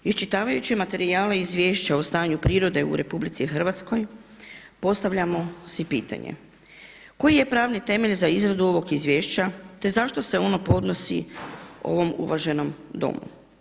Iščitavajući materijale i izvješća o stanju prirode u RH postavljamo si pitanje, koji je pravni temelj za izradu ovog izvješća te zašto se ono podnosi ovom uvaženom Domu?